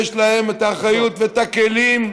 יש להם האחריות והכלים.